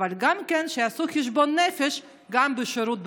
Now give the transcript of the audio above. אבל גם שיעשו חשבון נפש גם בשירות בצבא,